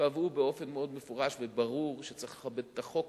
קבעו באופן מאוד מפורש וברור שצריך לכבד את החוק